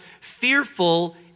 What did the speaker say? fearful